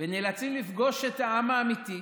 ונאלצים לפגוש את העם האמיתי,